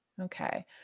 Okay